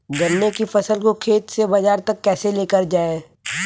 गन्ने की फसल को खेत से बाजार तक कैसे लेकर जाएँ?